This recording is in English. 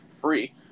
free